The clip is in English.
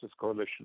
Coalition